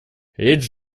речь